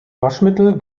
waschmittel